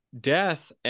death